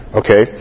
okay